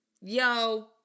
yo